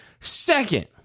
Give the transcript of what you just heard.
Second